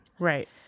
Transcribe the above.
right